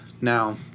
Now